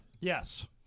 Yes